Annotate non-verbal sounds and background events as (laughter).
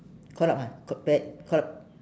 call out what (noise) call